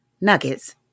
Nuggets